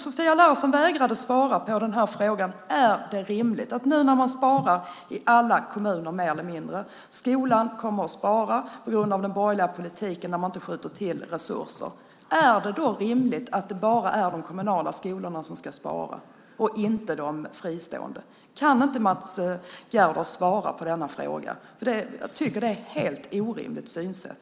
Sofia Larsen vägrade att svara på frågan: När man nu sparar i alla kommuner mer eller mindre - skolan kommer att spara på grund av den borgerliga politiken när man inte skjuter till resurser - är det då rimligt att det bara är de kommunala skolorna som ska spara och inte de fristående? Kan inte Mats Gerdau svara på denna fråga? Jag tycker att det är ett helt orimligt synsätt.